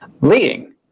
leading